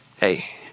Hey